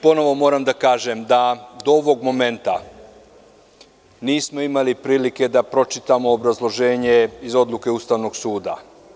Ponovo moram da kažem da do ovog momenta nismo imali prilike da pročitamo obrazloženje iz odluke Ustavnog suda.